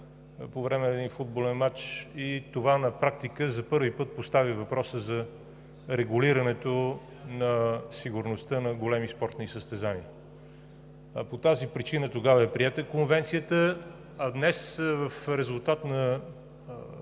по време на един футболен мач и това на практика за първи път постави въпроса за регулирането на сигурността на големи спортни състезания. По тази причина тогава е приета Конвенцията, а днес в резултат на